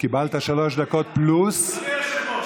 וקיבלת שלוש דקות פלוס, אדוני היושב-ראש,